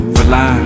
rely